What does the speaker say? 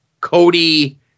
cody